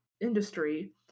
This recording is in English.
industry